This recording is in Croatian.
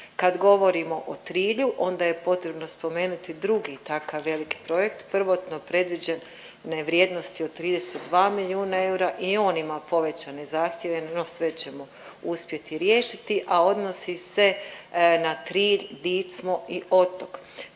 Kad govorimo o Trilju, onda je potrebno spomenuti drugi takav veliki projekt, prvotno predviđen na vrijednost od 32 milijuna eura i on ima povećane zahtjeve, no sve ćemo uspjeti riješiti, a odnosi se na Trilj, Dicmo i Otok.